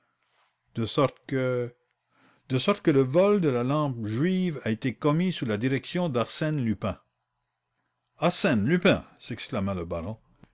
de sorte que de sorte que le vol de la lampe juive a été commis sous la direction d'arsène lupin arsène lupin s'exclama le baron